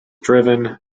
driven